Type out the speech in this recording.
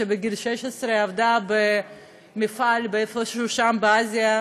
שבגיל 16 עבדה במפעל איפשהו שם באסיה,